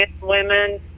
women